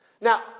Now